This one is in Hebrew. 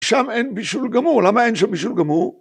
שם אין בישול גמור, למה אין שם בישול גמור?